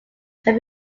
can